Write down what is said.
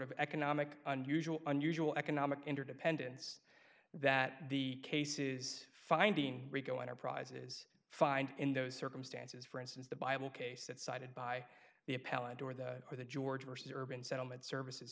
of economic unusual unusual economic interdependence that the case is finding rico enterprises find in those circumstances for instance the bible case that cited by the appellant or the or the george worse urban settlement services